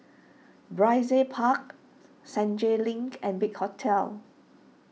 Brizay Park Senja Link and Big Hotel